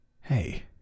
Hey